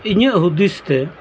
ᱤᱧᱟᱜ ᱦᱩᱫᱤᱥ ᱛᱮ